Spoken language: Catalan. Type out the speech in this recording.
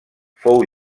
fou